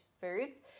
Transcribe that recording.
foods